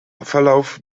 verlauf